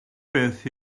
beth